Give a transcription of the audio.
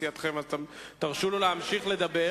שירתת את נתניהו היטב.